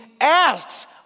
Asks